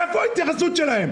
איפה ההתייחסות אליהם?